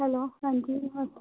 hello ਹਾਂਜੀ ਨਮਸਤੇ